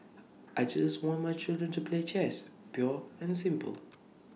I just want my children to play chess pure and simple